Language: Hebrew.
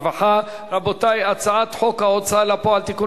הרווחה והבריאות בדבר חלוקת הצעת חוק ההתייעלות הכלכלית (תיקוני